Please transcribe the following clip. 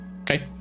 okay